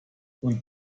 und